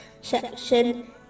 section